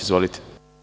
Izvolite.